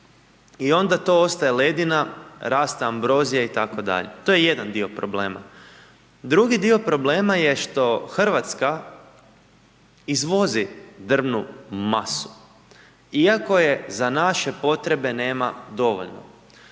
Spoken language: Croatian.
i onda to ostaje ledina, raste ambrozija itd. To je jedan dio problema. Drugi dio problema je što Hrvatska izvozi drvnu masu iako je za naše potrebe nema dovoljno.